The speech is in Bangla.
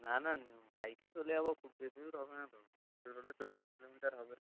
না না বাইকে চলে যাবো খুব বেশি দূর হবে না তো টোটালে চল্লিশ কিলোমিটার হবে